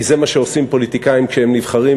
כי זה מה שעושים פוליטיקאים כשהם נבחרים,